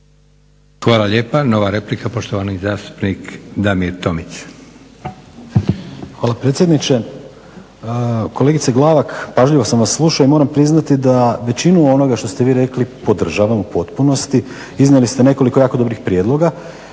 Hvala lijepa. Nova replika, poštovani zastupnik Damir Tomić. **Tomić, Damir (SDP)** Hvala predsjedniče. Kolegice Glavak, pažljivo sam vas slušao i moram priznati da većinu onoga što ste vi rekli podržavam u potpunosti. Iznijeli ste nekoliko jako dobrih prijedloga